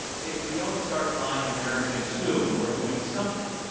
if we don't start buying american soon or doing something,